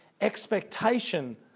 expectation